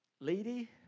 lady